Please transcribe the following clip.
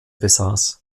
besaß